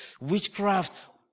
witchcraft